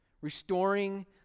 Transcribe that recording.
restoring